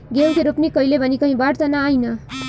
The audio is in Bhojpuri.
गेहूं के रोपनी कईले बानी कहीं बाढ़ त ना आई ना?